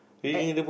at